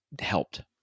helped